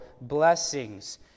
blessings